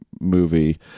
movie